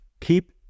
keep